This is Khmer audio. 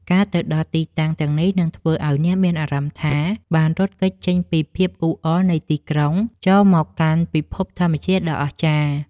ការទៅដល់ទីតាំងទាំងនេះនឹងធ្វើឱ្យអ្នកមានអារម្មណ៍ថាបានរត់គេចចេញពីភាពអ៊ូអរនៃទីក្រុង ចូលមកកាន់ពិភពធម្មជាតិដ៏អស្ចារ្យ។